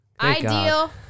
ideal